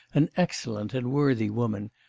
an excellent and worthy woman,